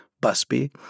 Busby